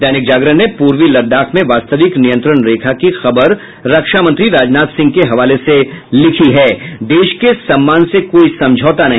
दैनिक जागरण ने पूर्वी लद्दाख में वास्तविक नियंत्रण रेखा की खबर रक्षा मंत्री राजनाथ सिंह के हवाले से लिखा है देश के सम्मान से कोई समझौता नहीं